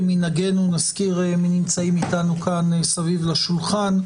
כמנהגנו, נזכיר את הנמצאים אתנו מסביב לשולחן: